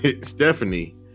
Stephanie